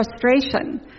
frustration